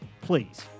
Please